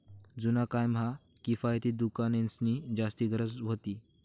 जुना काय म्हा किफायती दुकानेंसनी जास्ती गरज व्हती